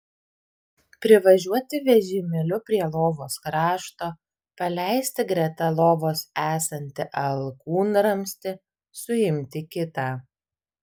privažiuoti vežimėliu prie lovos krašto paleisti greta lovos esantį alkūnramstį suimti kitą